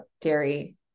dairy